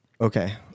Okay